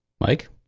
Mike